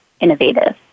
innovative